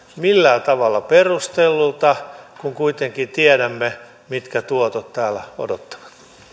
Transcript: millään tavalla perustellulta kun kuitenkin tiedämme mitkä tuotot täällä odottavat